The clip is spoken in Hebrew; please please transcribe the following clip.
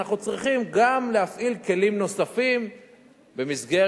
אנחנו צריכים גם להפעיל כלים נוספים במסגרת